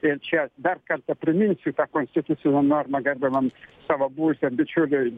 ir čia dar kartą priminsiu tą konstitucinę normą gerbiamam savo buvusiam bičiuliui